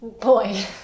Boy